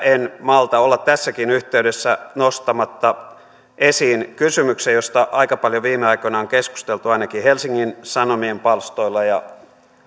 en malta olla tässäkin yhteydessä nostamatta esiin kysymystä josta aika paljon viime aikoina on keskusteltu ainakin helsingin sanomien palstoilla ja